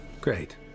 Great